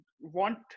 want